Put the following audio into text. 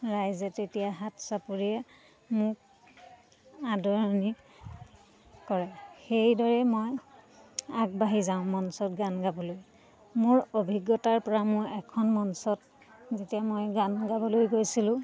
ৰাইজে তেতিয়া হাত চাপৰিয়ে মোক আদৰণি কৰে সেইদৰেই মই আগবাঢ়ি যাওঁ মঞ্চত গান গাবলৈ মোৰ অভিজ্ঞতাৰ পৰা মই এখন মঞ্চত যেতিয়া মই গান গাবলৈ গৈছিলোঁ